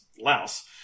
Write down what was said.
louse